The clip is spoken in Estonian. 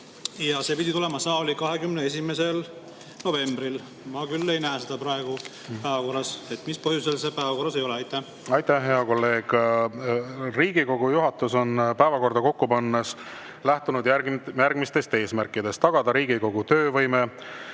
See pidi tulema saali 21. novembril. Ma ei näe seda praegu päevakorras. Mis põhjusel see päevakorras ei ole? Aitäh, hea kolleeg! Riigikogu juhatus on päevakorda kokku pannes lähtunud järgmistest eesmärkidest: tagada Riigikogu töövõime